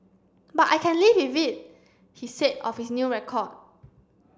but I can live with it he said of his new record